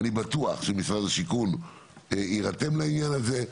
ואני בטוח שמשרד השיכון יירתם לעניין הזה,